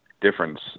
difference